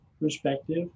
perspective